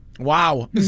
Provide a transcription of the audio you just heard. Wow